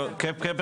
כן,